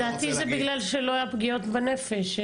לדעתי זה בגלל שלא היו פגיעות בנפש.